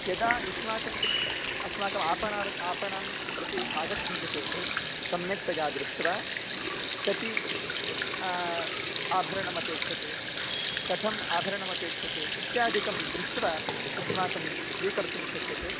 यदा युष्माकम् अस्माकम् आपणार्त् आपणं प्रति आगच्छन्ति चेत् सम्यक्तया दृष्ट्वा कति आभरणमपेक्षते कथम् आभरणमपेक्षते इत्यादिकं दृष्ट्वा युष्माकं स्वीकर्तुं शक्यते